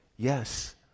Yes